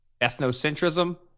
ethnocentrism